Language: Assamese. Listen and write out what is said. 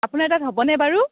আপোনাৰ তাত হ'বনে বাৰু